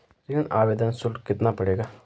ऋण आवेदन शुल्क कितना पड़ेगा?